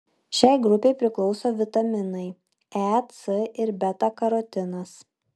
šiai grupei priklauso vitaminai e c ir beta karotinas